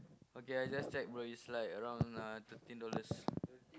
okay I just checked bro it's like around uh thirteen dollars